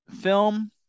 Film